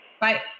Bye